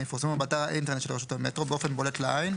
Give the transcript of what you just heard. יפורסמו באתר האינטרנט של רשות המטרו באופן בולט לעין,